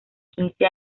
quince